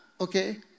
okay